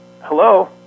hello